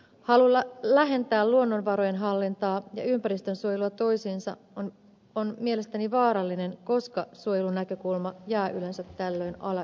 halu lähentää luonnonvarojen hallintaa ja ympäristönsuojelua toisiinsa on mielestäni vaarallinen koska suojelunäkökulma jää yleensä tällöin alakynteen